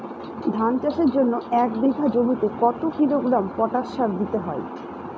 ধান চাষের জন্য এক বিঘা জমিতে কতো কিলোগ্রাম পটাশ সার দিতে হয়?